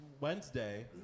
Wednesday